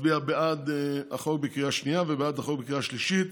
להצביע בעד החוק בקריאה שנייה ובעד החוק בקריאה שלישית